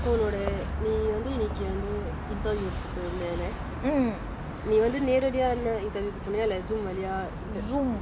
அவனோட நீ வந்து இன்னைக்கு வந்து:avanoda nee vanthu innaikku vanthu interview கு போயிருந்தேலே நீ வந்து நேரடியா என்ன:ku poyirunthele nee vanthu neradiya enna interview கு போனியா இல்ல:ku poniya illa zoom வழியா:valiya